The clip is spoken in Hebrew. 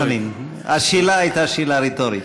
חבר הכנסת חנין, השאלה הייתה שאלה רטורית.